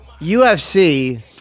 UFC